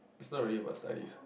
is not really about studies